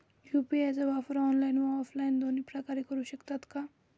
UPI चा वापर online व ऑफलाईन दोन्ही प्रकारे करु शकतो का?